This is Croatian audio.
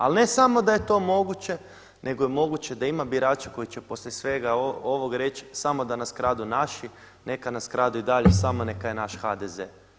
Ali ne samo da je to moguće nego je moguće da ima birača koji će poslije svega ovoga reći samo da nas kradu naši, neka nas kradu i dalje, samo neka je naš HDZ.